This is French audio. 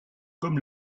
comme